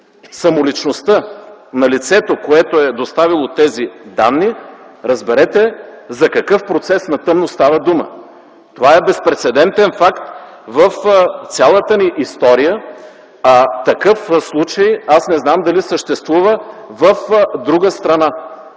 самоличността на лицето, което е доставило тези данни, разберете за какъв процес на тъмно става дума. Това е безпрецедентен факт в цялата ни история, а такъв случай аз не знам дали съществува в друга страна.